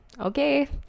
okay